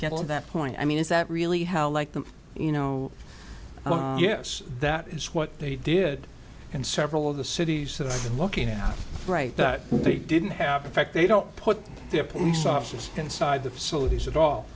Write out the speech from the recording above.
get to that point i mean is that really how like them you know yes that is what they did in several of the cities and looking out right that they didn't have the fact they don't put their police officers inside the facilities at all